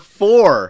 four